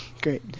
great